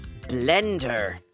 blender